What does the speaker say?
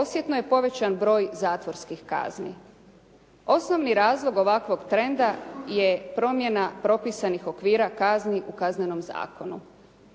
Osjetno je porast broj zatvorskih kazni. Osnovni razlog ovakvog trenda je promjena propisanih okvira kazni u Kaznenom zakonu.